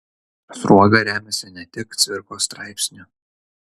sruoga remiasi ne tik cvirkos straipsniu